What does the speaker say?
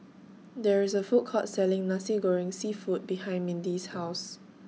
There IS A Food Court Selling Nasi Goreng Seafood behind Mindi's House